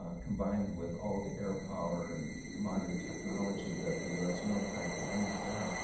ah combined with all the air power and modern technology that the us military could bring to bear,